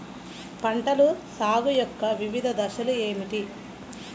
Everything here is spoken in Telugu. పంటల సాగు యొక్క వివిధ దశలు ఏమిటి?